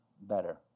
better